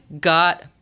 got